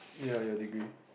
ya your degree